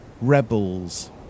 rebels